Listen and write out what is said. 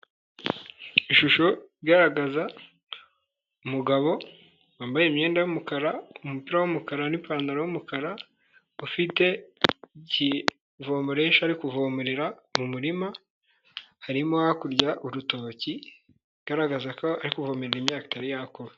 Ishusho igaragaza umugabo wambaye imyenda y'umukara umupira w'umukara n'ipantaro y'umukara, ufite ikivomoresho ari kuvomerera mu murima, harimo hakurya urutoki, ikigaragaza ko ari kuvomerera imyaka itari yakura.